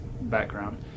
background